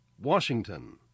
Washington